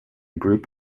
group